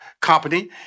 company